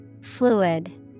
Fluid